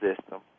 system